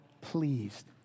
pleased